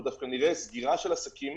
אנחנו נראה סגירה של עסקים,